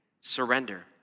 surrender